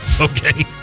Okay